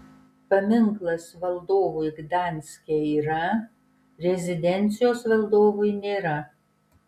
paminklas valdovui gdanske yra rezidencijos valdovui nėra